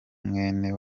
mwene